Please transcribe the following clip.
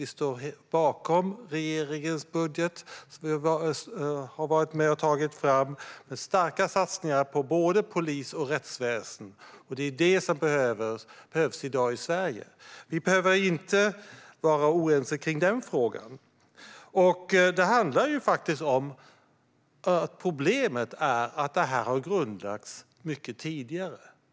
Vi står bakom regeringens budget, som vi har varit med och tagit fram, med starka satsningar på både polis och rättsväsen. Det är detta som behövs i dag i Sverige; vi behöver inte vara oense om den frågan. Det handlar om att problemet är att detta har grundlagts mycket tidigare.